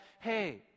Hey